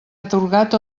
atorgat